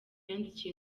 yandikiye